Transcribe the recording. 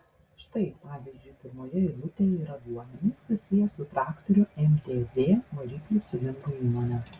štai pavyzdžiui pirmoje eilutėje yra duomenys susiję su traktorių mtz variklių cilindrų įmone